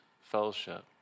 fellowship